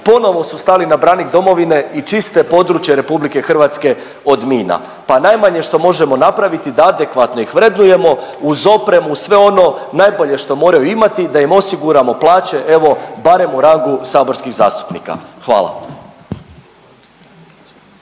ponovo su stali na branik domovine i čiste područje RH od mina. Pa najmanje što možemo napraviti da adekvatno ih vrednujemo uz opremu, sve ono najbolje što moraju imati, da im osiguramo plaće, evo, barem u rangu saborskih zastupnika. Hvala.